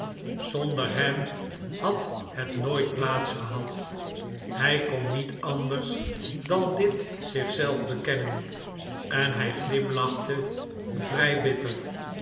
zonder hem had het nooit plaats gehad hij kon niet anders dan dit zichzelf bekennen en hij glimlachte vrij bitter